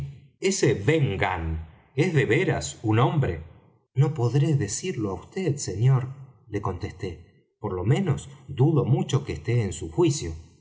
ese ben gunn es de veras un hombre no podré decirlo á vd señor le contesté por lo menos dudo mucho que esté en su juicio